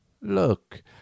Look